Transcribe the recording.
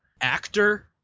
actor